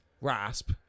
rasp